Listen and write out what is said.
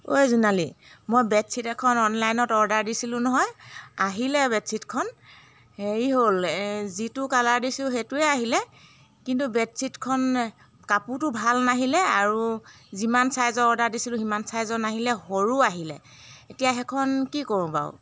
অই জোনালী মই বেডশ্বীট এখন অনলাইনত অৰ্ডাৰ দিছিলো নহয় আহিলে বেডশ্বীটখন হেৰি হ'ল যিটো কালাৰ দিছিলো সেইটোৱে আহিলে কিন্তু বেডশ্বীটখন কাপোৰটো ভাল নাহিলে আৰু যিমান ছাইজৰ অৰ্ডাৰ দিছিলো সিমান ছাইজৰ নাহিলে সৰু আহিলে এতিয়া সেইখন কি কৰোঁ বাৰু